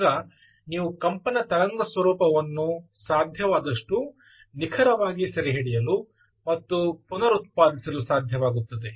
ಆಗ ನೀವು ಕಂಪನ ತರಂಗರೂಪವನ್ನು ಸಾಧ್ಯವಾದಷ್ಟು ನಿಖರವಾಗಿ ಸೆರೆಹಿಡಿಯಲು ಮತ್ತು ಪುನರುತ್ಪಾದಿಸಲು ಸಾಧ್ಯವಾಗುತ್ತದೆ